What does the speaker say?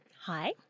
Hi